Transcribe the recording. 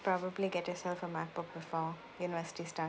probably get yourself a macbook before university starts